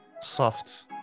soft